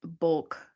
bulk